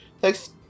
thanks